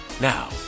Now